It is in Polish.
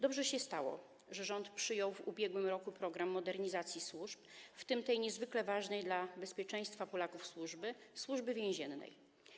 Dobrze się stało, że rząd przyjął w ubiegłym roku program modernizacji służb, w tym tej niezwykle ważnej dla bezpieczeństwa Polaków służby - Służby Więziennej.